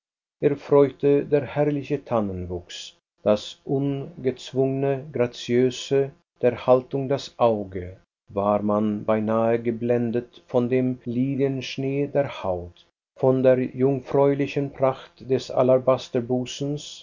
erfreute der herrliche tannenwuchs das ungezwungene graziöse der haltung das auge war man beinahe geblendet von dem lilienschnee der haut von der jungfräulichen pracht des